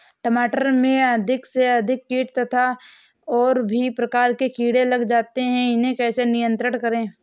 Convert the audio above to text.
टमाटर में अधिक से अधिक कीट तथा और भी प्रकार के कीड़े लग जाते हैं इन्हें कैसे नियंत्रण करें?